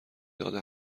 داد